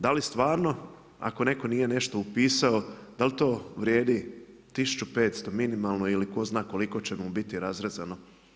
Da li stvarno ako netko nije nešto upisao dal to vrijedi 1500 minimalno ili tko zna koliko će mu biti razrezano.